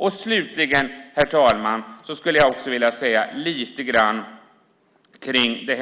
Jag skulle också, herr talman, vilja säga lite grann